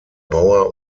bauer